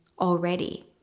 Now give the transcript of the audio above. already